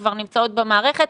כבר נמצאות במערכת.